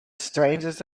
strangest